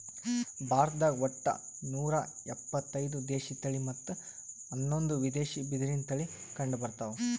ಭಾರತ್ದಾಗ್ ಒಟ್ಟ ನೂರಾ ಇಪತ್ತೈದು ದೇಶಿ ತಳಿ ಮತ್ತ್ ಹನ್ನೊಂದು ವಿದೇಶಿ ಬಿದಿರಿನ್ ತಳಿ ಕಂಡಬರ್ತವ್